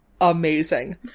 amazing